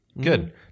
good